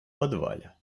подвале